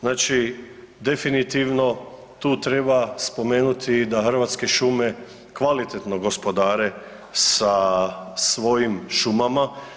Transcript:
Znači definitivno tu treba spomenuti da Hrvatske šume kvalitetno gospodare sa svojim šumama.